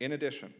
in addition